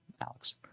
Alex